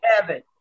heaven